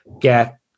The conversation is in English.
get